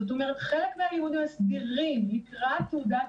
זאת אומרת, חלק מהלימודים הסדירים לקראת תעודת